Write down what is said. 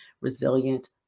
resilient